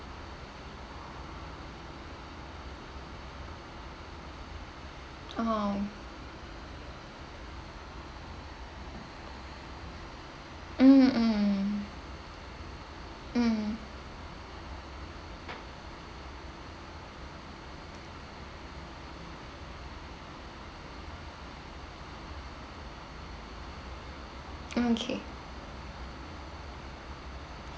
ah mm mm mm okay